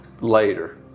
later